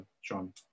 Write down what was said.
Sean